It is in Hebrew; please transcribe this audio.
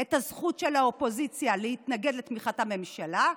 את הזכות של האופוזיציה להתנגד לתמיכת הממשלה,